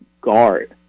guard